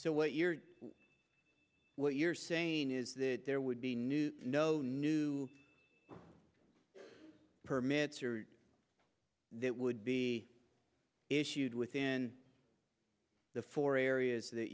so what you're what you're saying is that there would be new no new permits or that would be issued within the four areas that